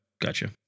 Gotcha